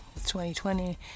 2020